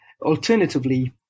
alternatively